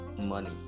money